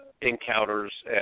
encounters